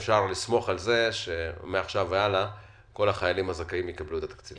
אנחנו מעריכים את העבודה של ג'וש,